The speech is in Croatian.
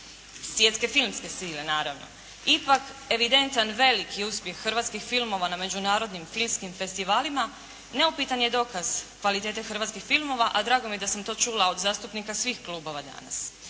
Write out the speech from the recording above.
svjetske filmske sile naravno. Ipak evidentan veliki uspjeh hrvatskih filmova na međunarodnim filmskim festivalima, neupitan je dokaz kvalitete hrvatskih filmova, a drago mi je da sam to čula od zastupnika svih klubova danas.